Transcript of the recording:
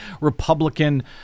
Republican